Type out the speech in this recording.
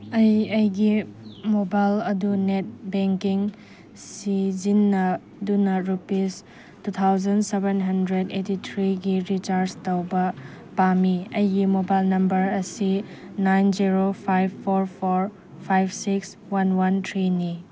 ꯑꯩ ꯑꯩꯒꯤ ꯃꯣꯕꯥꯏꯜ ꯑꯗꯨ ꯅꯦꯠ ꯕꯦꯡꯀꯤꯡ ꯁꯤꯖꯤꯟꯅꯗꯨꯅ rupees two thousand seven hundred eighty ꯊ꯭ꯔꯤꯒꯤ ꯔꯤꯆꯥꯔꯖ ꯇꯧꯕ ꯄꯥꯝꯃꯤ ꯑꯩꯒꯤ ꯃꯣꯕꯥꯏꯜ ꯅꯝꯕꯔ ꯑꯁꯤ nine zero five four four five six one one ꯊ꯭ꯔꯤꯅꯤ